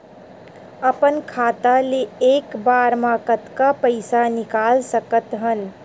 अपन खाता ले एक बार मा कतका पईसा निकाल सकत हन?